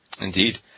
Indeed